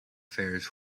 fairs